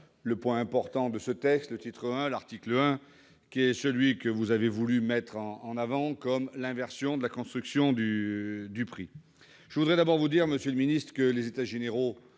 le point important de ce texte, le titre I et l'article 1, celui que vous avez voulu mettre en avant comme l'inversion de la construction du prix. Permettez-moi tout d'abord de vous dire, monsieur le ministre, que les États généraux